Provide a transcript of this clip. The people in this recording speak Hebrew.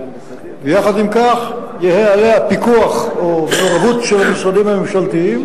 ויחד עם כך יהא עליה פיקוח או מעורבות של משרדים ממשלתיים,